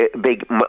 big